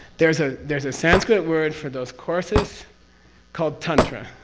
there's a there's a sanskrit word for those courses called tantra.